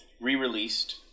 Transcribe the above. re-released